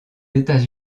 états